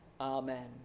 Amen